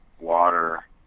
water